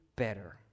better